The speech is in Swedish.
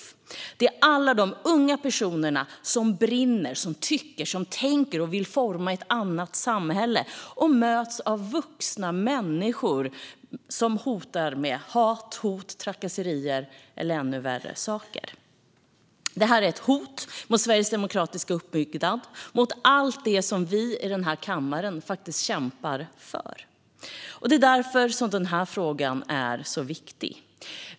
Jag tänker på alla de unga personer som brinner, som tycker, som tänker, som vill forma ett annat samhälle och som möts av vuxna människors hat, hot, trakasserier eller ännu värre saker. Detta är ett hot mot Sveriges demokratiska uppbyggnad och mot allt det som vi i den här kammaren kämpar för. Det är därför som denna fråga är så viktig.